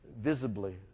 visibly